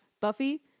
Buffy